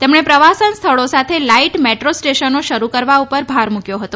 તેમણે પ્રવાસન સ્થળો સાથે લાઇટ મેટ્રો સ્ટેશનોનો શરૂ કરવા ઉપર ભાર મૂક્યો હતો